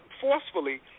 forcefully